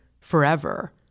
forever